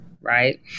right